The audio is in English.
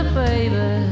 baby